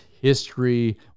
history